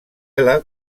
ela